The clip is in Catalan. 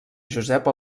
josep